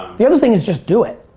the other thing is just do it.